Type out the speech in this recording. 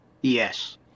yes